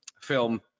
film